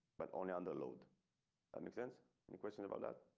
but only under load. that makes sense any question about that.